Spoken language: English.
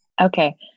Okay